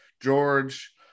George